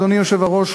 אדוני היושב-ראש,